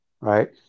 right